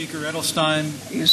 ראש האופוזיציה יצחק הרצוג,